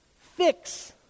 Fix